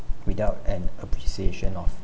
without an appreciation of